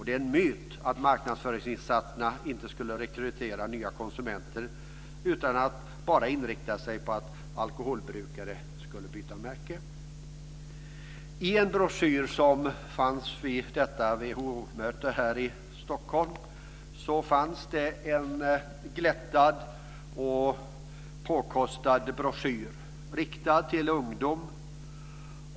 Det är en myt att marknadsföringsinsatserna inte skulle rekrytera nya konsumenter utan bara inrikta sig på att få alkoholbrukare att byta märke. Vid detta WHO-möte i Stockholm fanns det en glättad och påkostad broschyr riktad till ungdom.